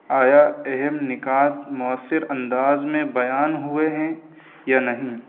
آیا اہم نکات مؤثر انداز میں بیان ہوئے ہیں یا نہیں